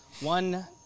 one